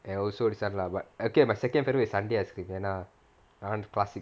and also lah but okay my second favourite is sundae ice cream ah that [one] classic